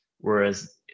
whereas